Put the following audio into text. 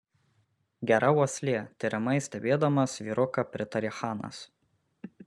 gera uoslė tiriamai stebėdamas vyruką pritarė chanas